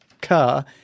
car